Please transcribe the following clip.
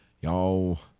y'all